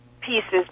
pieces